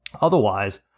Otherwise